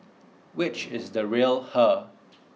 which is the real her